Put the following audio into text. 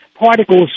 Particles